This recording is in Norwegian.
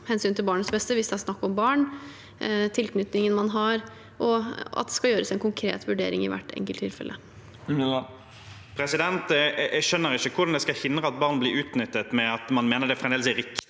hensynet til barnets beste hvis det er snakk om barn, tilknytningen man har, og at det skal gjøres en konkret vurdering i hvert enkelt tilfelle. Andreas Sjalg Unneland (SV) Jeg skjøn- ner ikke hvordan det skal hindre at barn blir utnyttet, ved at man mener det fremdeles er riktig